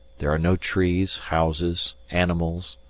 there are no trees, houses, animals,